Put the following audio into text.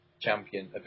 champion